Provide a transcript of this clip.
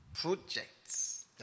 Projects